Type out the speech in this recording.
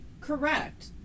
Correct